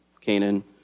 Canaan